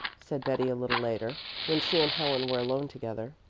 said betty a little later, when she and helen were alone together.